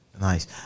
nice